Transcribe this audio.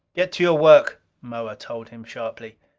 get to your work, moa told him sharply.